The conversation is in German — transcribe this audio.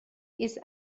ist